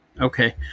Okay